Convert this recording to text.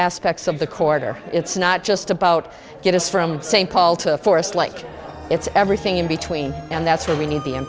aspects of the corridor it's not just about get us from st paul to forest like it's everything in between and that's where we need the